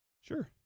Sure